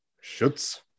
Schutz